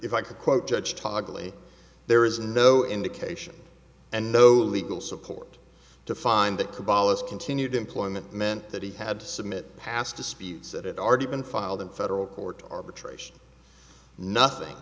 if i could quote judge toggling there is no indication and no legal support to find the cabal it's continued employment meant that he had to submit past disputes that had already been filed in federal court arbitration nothing